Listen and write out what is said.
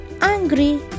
angry